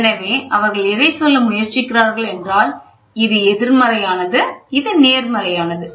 எனவே அவர்கள் எதைச் சொல்ல முயற்சிக்கிறார்கள் என்றால் இது எதிர்மறையானது இது நேர்மறையானது